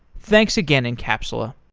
thanks again encapsula